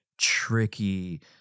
tricky